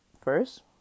First